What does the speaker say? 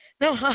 No